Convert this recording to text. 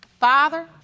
Father